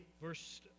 verse